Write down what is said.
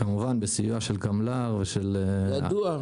כמובן בסיור של קמל"ר ושל --- ידוע.